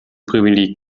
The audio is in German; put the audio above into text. privileg